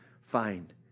find